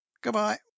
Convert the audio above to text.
Goodbye